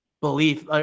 belief